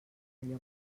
allò